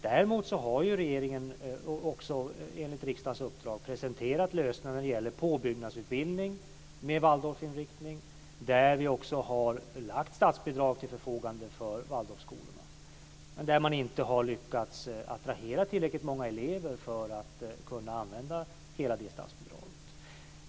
Däremot har regeringen också enligt riksdagens uppdrag presenterat lösningar när det gäller påbyggnadsutbildning med Waldorfinriktning, där vi också har ställt statsbidrag till förfogande för Waldorfskolorna. Dessa har dock inte lyckats attrahera tillräckligt många elever för att kunna använda hela det statsbidraget.